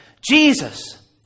Jesus